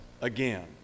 again